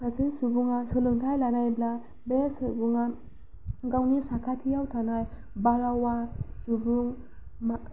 सासे सुबुङा सोलोंथाय लानायब्ला बे सुबुङा गावनि साखाथियाव थानाय बारहावा सुबुं मा